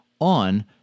on